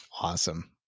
Awesome